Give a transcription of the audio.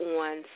on